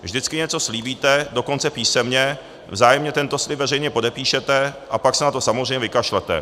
Vždycky něco slíbíte, dokonce písemně, vzájemně tento slib veřejně podepíšete, a pak se na to samozřejmě vykašlete.